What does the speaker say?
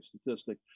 statistic